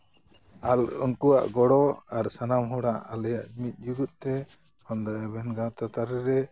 ᱟᱞ ᱩᱱᱠᱩᱣᱟᱜ ᱜᱚᱲᱚ ᱟᱨ ᱥᱟᱱᱟᱢ ᱦᱚᱲᱟᱜ ᱟᱞᱮᱭᱟᱜ ᱢᱤᱫ ᱡᱩᱜᱩᱫᱛᱮ ᱵᱟᱢᱫᱟ ᱮᱵᱷᱮᱱ ᱜᱟᱶᱛᱟ ᱛᱟᱹᱨᱤ ᱨᱮ